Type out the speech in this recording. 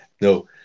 No